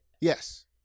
Yes